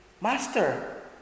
Master